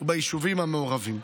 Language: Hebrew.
וביישובים המעורבים".